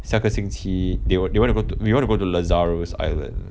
下个星期 they will they wanna go to where you wanna go to lazarus island